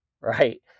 right